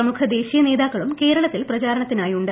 പ്രമുഖ ദേശീയ നേതാക്കളും കേരളത്തിൽ പ്രചാരണത്തിനായുണ്ട്